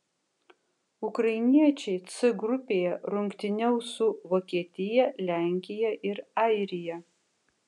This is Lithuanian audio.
ukrainiečiai c grupėje rungtyniaus su vokietija lenkija ir airija